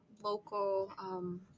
local